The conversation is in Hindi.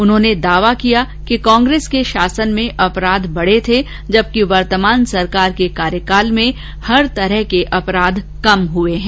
उन्होंने दावा किया कि कांग्रेस के शासन में अपराध बढ़े थे जबकि वर्तमान सरकार के कार्यकाल में हर तरह के अपराध कम हुए हैं